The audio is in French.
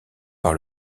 par